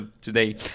today